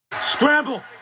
Scramble